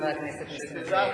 חבר הכנסת נסים זאב.